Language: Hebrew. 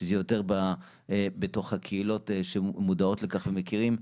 שזה יותר בתוך הקהילות שמודעות לכך ומכירים,